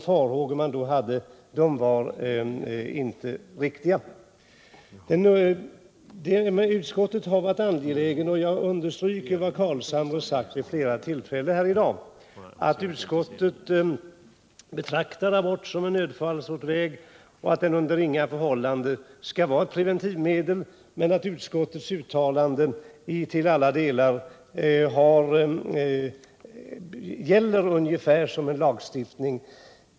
Jag vill understryka utskottets uppfattning, som herr Carlshamre upprepat vid flera tillfällen i dag, att utskottet betraktar abort som en nödfallsutväg, att den under inga förhållanden får vara ett preventivmedel och att utskottets uttalanden till alla delar förpliktar ungefär som en lagstiftning.